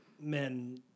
men